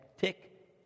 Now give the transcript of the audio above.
tick